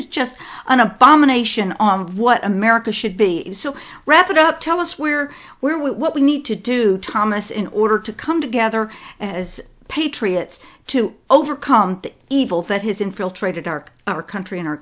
is just an abomination on what america should be so wrapped up tell us where where we what we need to do thomas in order to come together as patriots to overcome the evil that has infiltrated our our country and our